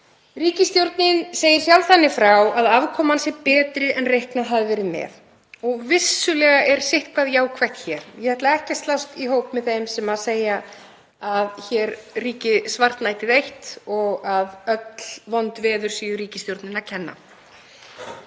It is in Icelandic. Ríkisstjórnin segir sjálf þannig frá að afkoman sé betri en reiknað hafi verið með og vissulega er sitthvað jákvætt hér. Ég ætla ekki að slást í hóp með þeim sem segja að hér ríki svartnættið eitt og að öll vond veður séu ríkisstjórninni að kenna.